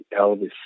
Elvis